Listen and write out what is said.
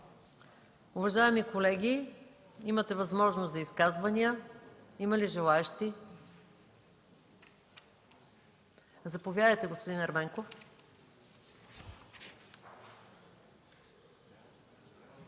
Уважаеми колеги, имате възможност за изказвания. Има ли желаещи? Заповядайте за изказване,